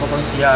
mm